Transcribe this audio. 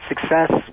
success